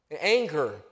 anger